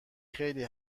خیلی